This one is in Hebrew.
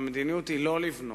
המדיניות היא שלא לבנות,